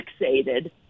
fixated